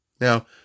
Now